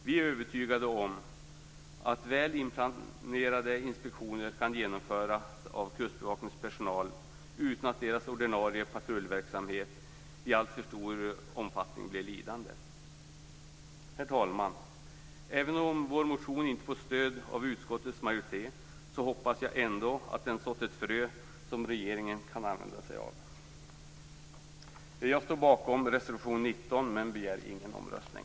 Vi är övertygade om att väl inplanerade inspektioner kan genomföras av Kustbevakningens personal utan att dess ordinarie patrullverksamhet i alltför stor omfattning blir lidande. Herr talman! Även om vår motion inte fått stöd av en utskottsmajoritet hoppas jag att den sått ett frö som regeringen kan använda sig av. Jag står bakom reservation 19 men begär ingen omröstning.